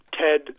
TED